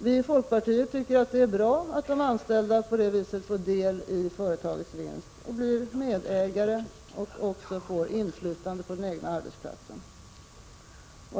Vi i folkpartiet tycker att det är bra att de anställda på det här viset får del i företagets vinst, blir medägare och får inflytande på den egna arbetsplatsen.